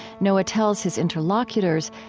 noah tells his interlocutors,